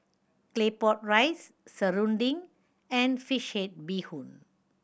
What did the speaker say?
Claypot Rice serunding and fish head bee hoon